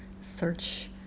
search